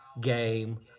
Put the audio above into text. game